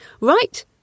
Right